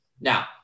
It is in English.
Now